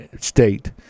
state